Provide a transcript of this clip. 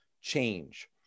change